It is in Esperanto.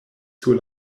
sur